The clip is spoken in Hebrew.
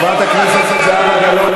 חברת הכנסת זהבה גלאון,